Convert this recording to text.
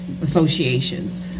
associations